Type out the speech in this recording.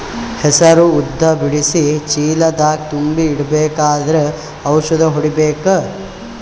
ಹೆಸರು ಉದ್ದ ಬಿಡಿಸಿ ಚೀಲ ದಾಗ್ ತುಂಬಿ ಇಡ್ಬೇಕಾದ್ರ ಔಷದ ಹೊಡಿಬೇಕ?